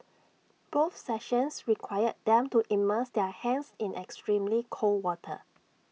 both sessions required them to immerse their hands in extremely cold water